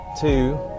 two